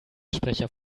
sprecher